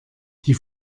die